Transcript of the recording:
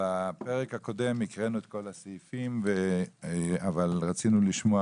בפרק הקודם הקראנו את כל הסעיפים אבל רצינו לשמוע